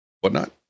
whatnot